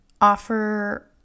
offer